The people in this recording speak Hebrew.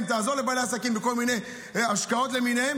תעזור לבעלי העסקים בכל מיני השקעות למיניהן.